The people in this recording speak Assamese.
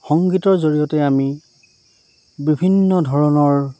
সংগীতৰ জৰিয়তে আমি বিভিন্ন ধৰণৰ